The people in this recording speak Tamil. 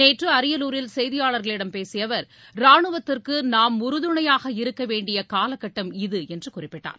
நேற்று அரியலூரில் செய்தியாளர்களிடம் பேசிய அவர் ரானுவத்திற்கு நாம் உறுதுணையாக இருக்க வேண்டிய காலகட்டம் இது என்று குறிப்பிட்டார்